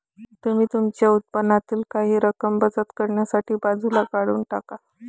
तुम्ही तुमच्या उत्पन्नातील काही रक्कम बचत करण्यासाठी बाजूला काढून टाका